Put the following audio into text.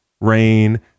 Rain